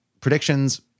predictions